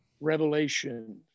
revelation